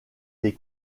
des